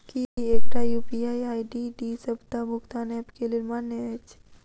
की एकटा UPI ID D सबटा भुगतान ऐप केँ लेल मान्य अछि?